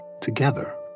together